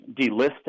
delisting